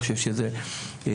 אני חושב שזה סכום,